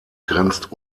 grenzt